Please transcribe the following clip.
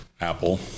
Apple